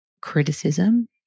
criticism